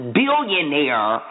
billionaire